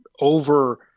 over